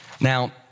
Now